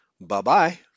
Bye-bye